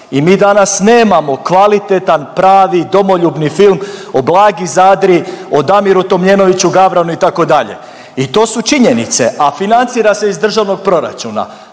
I mi danas nemamo kvalitetan pravi domoljubni film o Blagi Zadri, o Damiru Tomljenoviću Gavranu itd. I to su činjenice, a financira se iz državnog proračuna.